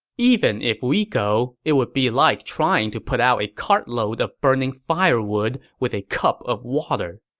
even if we go, it would be like trying to put out a cartload of burning firewood with a cup of water.